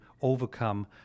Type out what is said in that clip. overcome